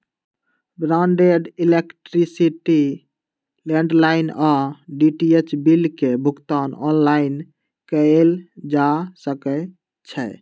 broadband, electricity, landline आऽ DTH bill के भुगतान ऑनलाइन कएल जा सकइ छै